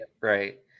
right